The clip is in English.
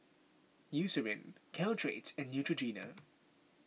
Eucerin Caltrate and Neutrogena